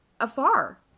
Afar